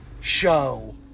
show